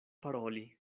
paroli